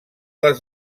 les